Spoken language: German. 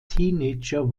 teenager